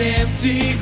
empty